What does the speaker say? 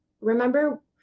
Remember